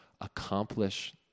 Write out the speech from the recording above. accomplish